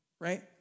right